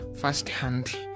firsthand